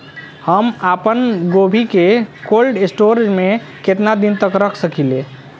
हम आपनगोभि के कोल्ड स्टोरेजऽ में केतना दिन तक रख सकिले?